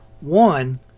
One